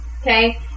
Okay